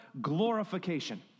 glorification